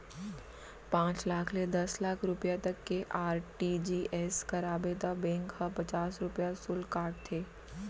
पॉंच लाख ले दस लाख रूपिया तक के आर.टी.जी.एस कराबे त बेंक ह पचास रूपिया सुल्क काटथे